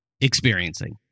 Experiencing